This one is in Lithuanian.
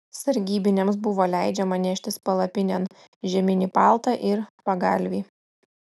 sargybiniams buvo leidžiama neštis palapinėn žieminį paltą ir pagalvį